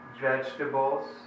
vegetables